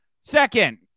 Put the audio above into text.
Second